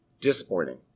Disappointing